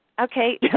Okay